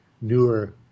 newer